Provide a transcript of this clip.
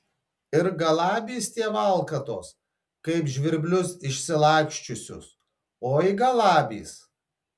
ir galabys tie valkatos kaip žvirblius išsilaksčiusius oi galabys